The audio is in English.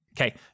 Okay